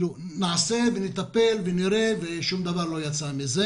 תשובות של נעשה ונטפל אבל שום דבר לא יצא מזה.